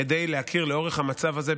כדי להכיר לאורך המצב הזה,